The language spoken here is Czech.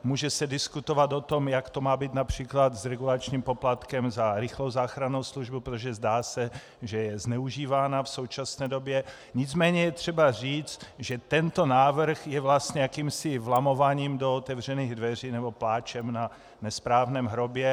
Může se diskutovat o tom, jak to má být například s regulačním poplatkem za rychlou záchrannou službu, protože se zdá, že je zneužívána v současné době, nicméně je třeba říct, že tento návrh je vlastně jakýmsi vlamováním do otevřených dveří nebo pláčem na nesprávném hrobě.